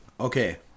Okay